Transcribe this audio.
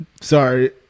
Sorry